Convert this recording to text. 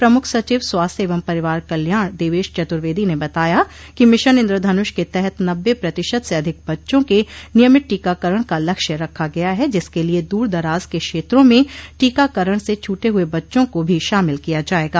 प्रमुख सचिव स्वास्थ्य एवं परिवार कल्याण देवेश चतुर्वेदी ने बताया कि मिशन इन्द्रधनुष के तहत नब्बे प्रतिशत से अधिक बच्चों के नियमित टीकाकरण का लक्ष्य रखा गया है जिसके लिये दूर दराज के क्षेत्रों में टीकाकरण से छूटे हुए बच्चों को भी शामिल किया जायेगा